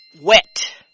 wet